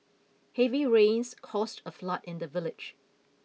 heavy rains caused a flood in the village